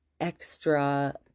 extra